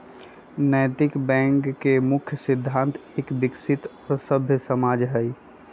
नैतिक बैंक के मुख्य सिद्धान्त एक विकसित और सभ्य समाज हई